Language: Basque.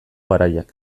garaiak